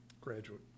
graduate